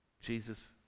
Jesus